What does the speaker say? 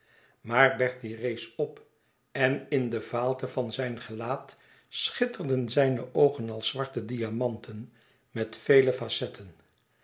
maar bertie rees op en in de vaalte van zijn gelaat schitterden zijne oogen als zwarte diamanten met vele facetten